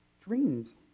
Dreams